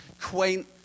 quaint